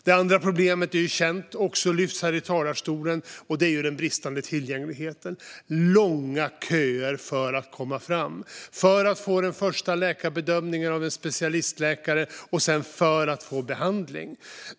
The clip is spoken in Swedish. Det tredje problemet är känt och har lyfts här i talarstolen, och det är den bristande tillgängligheten med långa köer för att komma fram, för att få den första läkarbedömningen av en specialistläkare och sedan för att få behandling.